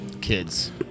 Kids